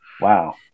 Wow